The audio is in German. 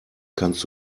kannst